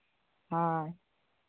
ᱦᱳᱭ